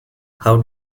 how